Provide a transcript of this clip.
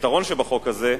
היתרון שבחוק הזה,